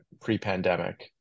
pre-pandemic